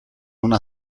una